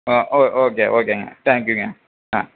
ஆ ஓ ஓகே ஓகேங்க தேங்க்யூங்க ஆ